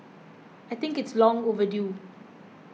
I think it's long overdue